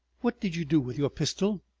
what did you do with your pistol?